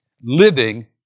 living